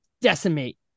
decimate